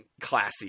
classy